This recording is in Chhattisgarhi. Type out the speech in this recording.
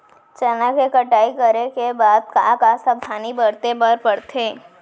चना के कटाई करे के बाद का का सावधानी बरते बर परथे?